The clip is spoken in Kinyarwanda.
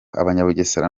abanyabugesera